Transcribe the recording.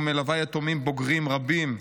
ומלווה יתומים בוגרים רבים.